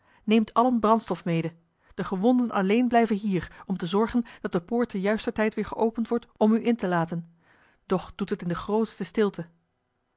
neemt allen brandstof mede de gewonden alleen blijven hier om te zorgen dat de poort te juister tijd weer geopend wordt om u in te laten doch doet het in de grootste stilte